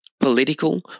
political